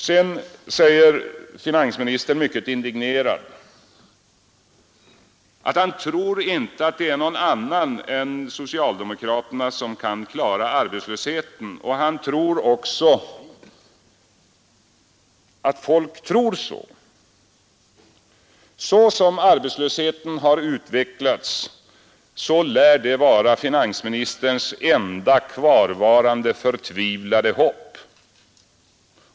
Sedan säger finansministern mycket indignerat, att han inte tror att någon annan än socialdemokraterna kan klara arbetslösheten. Och han tror också att folk tror så. Såsom arbetslösheten har utvecklats lär det vara finansministerns enda i dag kvarvarande förtvivlade hopp.